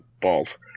balls